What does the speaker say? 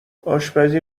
آشپزی